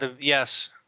Yes